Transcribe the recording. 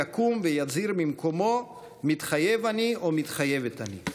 יקום ויצהיר ממקומו "מתחייב אני" או "מתחייבת אני".